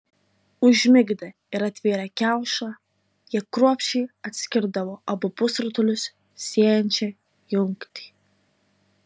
užmigdę ir atvėrę kiaušą jie kruopščiai atskirdavo abu pusrutulius siejančią jungtį